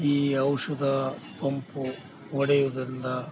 ಈ ಔಷಧ ಪಂಪು ಹೊಡೆಯುದ್ರಿಂದ